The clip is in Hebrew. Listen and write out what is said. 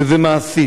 שזה מעשית.